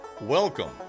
welcome